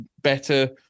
better